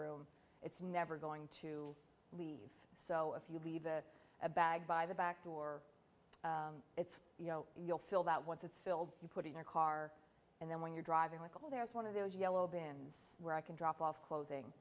room it's never going to leave so if you leave the bag by the back door it's you know you'll feel that once it's filled you put in your car and then when you're driving michael there is one of those yellow bins where i can drop off clothing